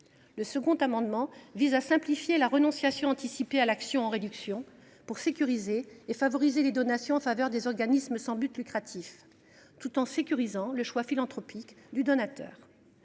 Mon second amendement vise à simplifier la renonciation anticipée à l’action en réduction, afin de sécuriser et de favoriser les donations en faveur des OSBL, tout en sécurisant le choix philanthropique du donateur.